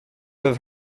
have